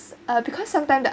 uh because sometimes